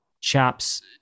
Chap's